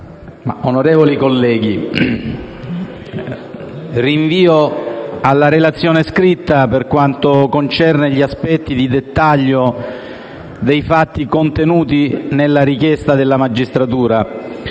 onorevoli colleghi, rinvio alla relazione scritta per gli aspetti di dettaglio dei fatti contenuti nella richiesta della magistratura.